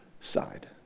side